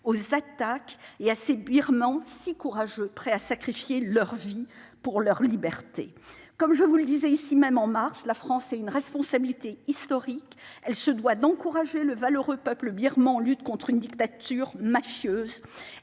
aux attaques de ces Birmans, si courageux et prêts à sacrifier leur vie pour leur liberté. Je vous le disais ici même, en mars dernier, la France a une responsabilité historique : elle se doit d'encourager le valeureux peuple birman en lutte contre une dictature mafieuse